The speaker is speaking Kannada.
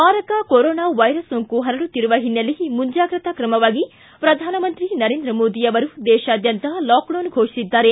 ಮಾರಕ ಕೊರೊನಾ ವೈರಸ್ ಸೋಂಕು ಪರುಡುತ್ತಿರುವ ಹಿನ್ನೆಲೆ ಮುಂಜಾಗ್ರತ ಕ್ರಮವಾಗಿ ಪ್ರಧಾನಮಂತ್ರಿ ನರೇಂದ್ರ ಮೋದಿ ದೇಶಾದ್ಯಂತ ಲಾಕ್ಡೌನ್ ಫೋಷಿಸಿದ್ದಾರೆ